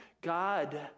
God